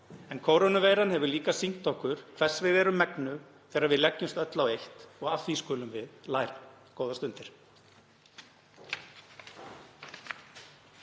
en kórónuveiran hefur líka sýnt okkur hvers við erum megnug þegar við leggjumst öll á eitt og af því skulum við læra. — Góðar stundir.